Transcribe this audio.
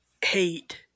hate